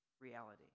reality